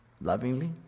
lovingly